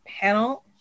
panel